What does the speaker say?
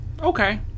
Okay